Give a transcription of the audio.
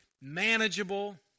manageable